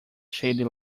shady